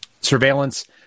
surveillance